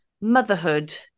motherhood